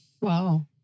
wow